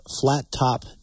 flat-top